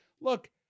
look